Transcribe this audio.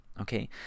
okay